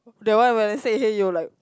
the one when I say hey you're like